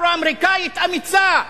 אפרו-אמריקנית אמיצה,